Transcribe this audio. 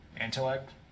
intellect